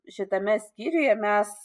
šitame skyriuje mes